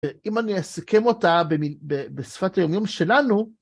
ואם אני אסכם אותה בשפת היומיום שלנו...